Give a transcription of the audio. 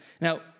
Now